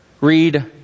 read